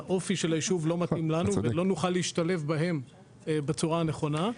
שהאופי של היישוב לא מתאים לנו ולא נוכל להשתלב בהם בצורה הנכונה.